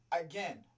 again